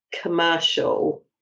commercial